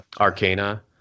Arcana